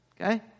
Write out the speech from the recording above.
Okay